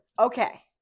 Okay